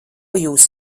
jūs